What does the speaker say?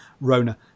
Rona